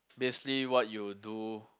basically what you will do